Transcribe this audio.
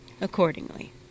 Accordingly